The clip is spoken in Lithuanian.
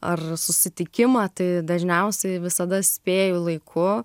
ar susitikimą tai dažniausiai visada spėju laiku